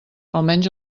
almenys